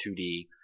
2D